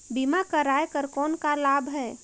बीमा कराय कर कौन का लाभ है?